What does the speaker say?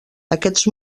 aquests